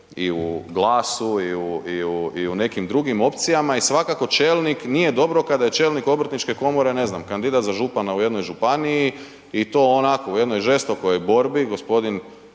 i u GLAS-u i u nekim drugim opcijama i svakako čelnik nije dobro kada je čelnik obrtničke komore, ne znam, kandidat za župana u jednoj županiji i to onako, u jednoj žestokoj borbi, gospodin